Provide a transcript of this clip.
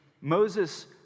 Moses